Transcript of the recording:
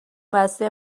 بسته